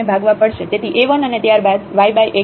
તેથી a1 અને ત્યારબાદ yx બનશે